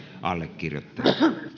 allekirjoittajalle